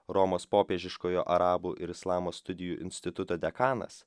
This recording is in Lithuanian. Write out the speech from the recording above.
romos popiežiškojo arabų ir islamo studijų instituto dekanas